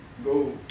go